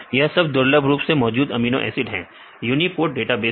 यह सब दुर्लभ रूप से मौजूद अमीनो एसिड हैं यूनीपोर्ट डेटाबेस में